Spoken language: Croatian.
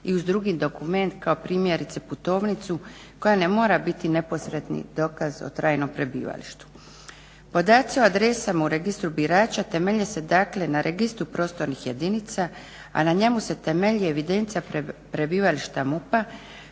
i uz drugi dokument kao primjerice putovnicu koja ne mora biti neposredni dokaz o trajnom prebivalištu. Podaci o adresama u registru birača temelje se na registru prostornih jedinica a na njemu se temelji evidencija prebivališta MUP-a